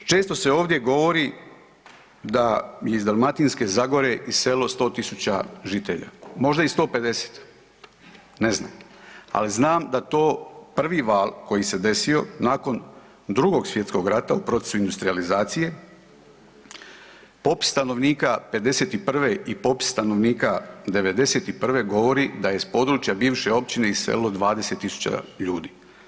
Često se ovdje govori da je iz Dalmatinske zagore iselilo 100.000 žitelja, možda i 150 ne znam, ali znam da to prvi val koji se desio nakon Drugog svjetskog rata u procesu industrijalizacije popis stanovnika '51. i popis stanovnika '91. govori da je iz područja bivše općine iselilo 20.000 ljudi.